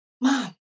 mom